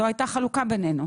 זו הייתה החלוקה בינינו.